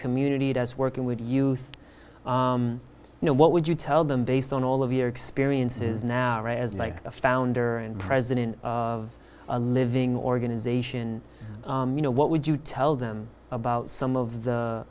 community does working with youth you know what would you tell them based on all of your experiences now as like a founder and president of a living organization you know what would you tell them about some of